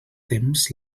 temps